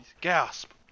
Gasp